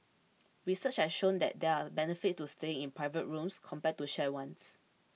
research has shown that there are benefits to staying in private rooms compared to shared ones